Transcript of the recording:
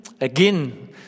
again